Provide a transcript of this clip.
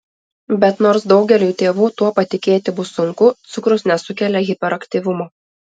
bet nors daugeliui tėvų tuo patikėti bus sunku cukrus nesukelia hiperaktyvumo